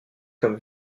comme